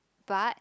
but